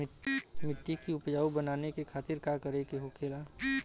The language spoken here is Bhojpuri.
मिट्टी की उपजाऊ बनाने के खातिर का करके होखेला?